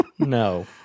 No